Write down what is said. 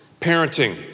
parenting